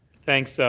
thanks, so